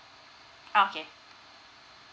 okay